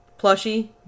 plushie